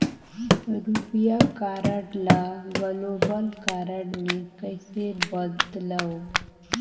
रुपिया कारड ल global card मे कइसे बदलव?